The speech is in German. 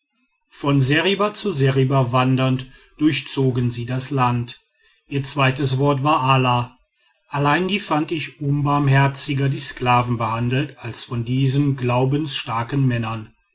von seriba zu seriba wandernd durchzogen sie das land ihr zweites wort war allah allein nie fand ich unbarmherziger die sklaven behandelt als von diesen glaubensstarken männern